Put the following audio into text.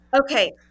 Okay